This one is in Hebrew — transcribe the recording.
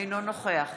אינו נוכח